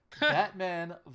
Batman